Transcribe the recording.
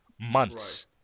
months